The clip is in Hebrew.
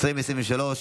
התשפ"ג 2023,